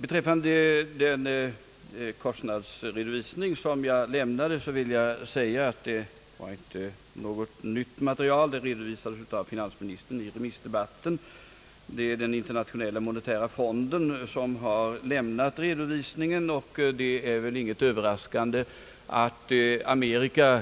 Herr talman! Den kostnadsredovisning som jag lämnade utgjorde inte något nytt material. Det redovisades av finansministern i remissdebatten. Det är den internationella monetära fonden som har lämnat redovisningen, och det är väl inget överraskande att Amerika